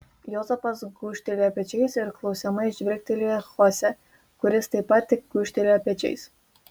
juozapas gūžtelėjo pečiais ir klausiamai žvilgtelėjo į chose kuris taip pat tik gūžtelėjo pečiais